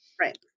Right